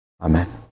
Amen